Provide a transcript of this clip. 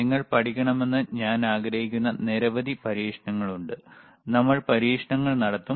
നിങ്ങൾ പഠിക്കണമെന്ന് ഞാൻ ആഗ്രഹിക്കുന്ന നിരവധി പരീക്ഷണങ്ങളുണ്ട് നമ്മൾ പരീക്ഷണങ്ങൾ നടത്തും